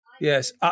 Yes